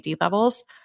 levels